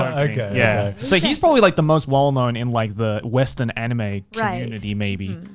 ah okay. yeah so he's probably like the most well-known in like the western anime community maybe,